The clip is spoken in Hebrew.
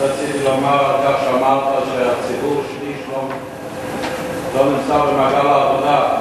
רק רציתי להגיב על כך שאמרת ששליש מהציבור לא נמצא במעגל העבודה.